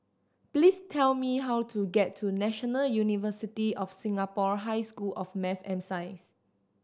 please tell me how to get to National University of Singapore High School of Math and Science